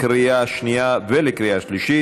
לקריאה שנייה ולקריאה שלישית.